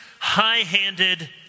High-handed